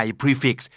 prefix